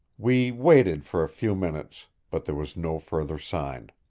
we waited for a few minutes, but there was no further sign.